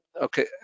okay